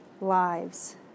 lives